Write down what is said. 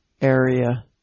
area